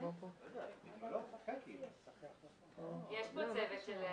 ממשיכים בדיון.